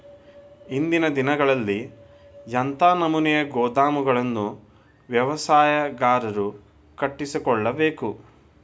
ಇಂದಿನ ದಿನಗಳಲ್ಲಿ ಎಂಥ ನಮೂನೆ ಗೋದಾಮುಗಳನ್ನು ವ್ಯವಸಾಯಗಾರರು ಕಟ್ಟಿಸಿಕೊಳ್ಳಬೇಕು?